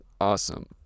Awesome